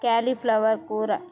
cauliflower కూర